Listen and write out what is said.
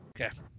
Okay